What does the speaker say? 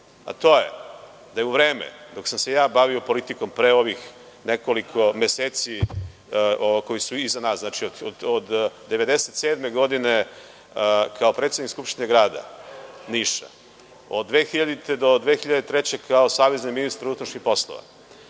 a to je da se u vreme dok sam se ja bavio politikom pre ovih nekoliko meseci koji su iza nas, od 1997. godine kao predsednik Skupštine Grada Niša, od 2000. do 2003. godine kao savezni ministar unutrašnjih poslova,